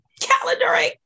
Calendaring